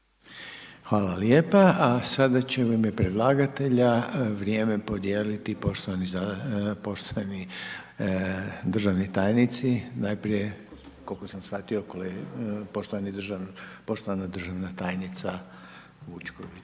Hvala lijepo. A sada će u ime predlagatelja vrijeme podijeliti poštovani državni tajnici, najprije, koliko sam shvatio, poštovana državna tajnica Vučković,